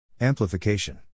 Amplification